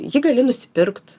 jį gali nusipirkt